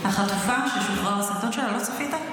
החטופה, ששוחרר הסרטון שלה, לא צפית?